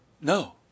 No